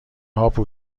هاپو